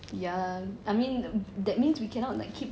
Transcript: ya I mean that means we cannot like keep